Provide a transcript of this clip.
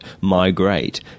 migrate